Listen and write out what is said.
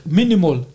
minimal